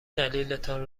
دلیلتان